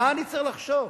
מה אני צריך לחשוב?